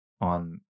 on